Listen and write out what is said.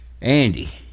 Andy